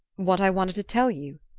what i wanted to tell you?